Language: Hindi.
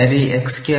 ऐरे अक्ष क्या है